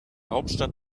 hauptstadt